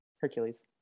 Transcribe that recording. Hercules